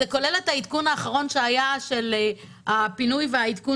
זה כולל את העדכון האחרון שהיה של הפינוי והעדכון